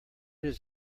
does